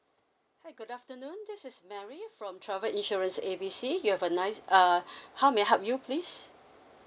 hi good afternoon this is mary from travel insurance A B C you have a nice uh how may I help you please